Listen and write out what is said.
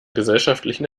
gesellschaftlichen